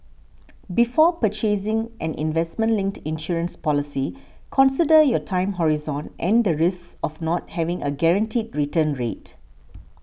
before purchasing an investment linked insurance policy consider your time horizon and the risks of not having a guaranteed return rate